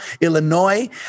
Illinois